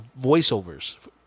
voiceovers